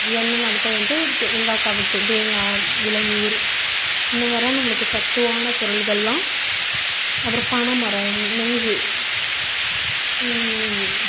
தென்னை மரத்தில் வந்துட்டு தேங்காய் காய்க்கும் தேங்காய் இளநீர் இந்தமாதிரிலாம் நம்மளுக்கு சத்தானப்பொருள்கள்லாம் அப்புறம் பனைமரம் நொங்கு